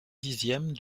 dixième